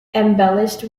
embellished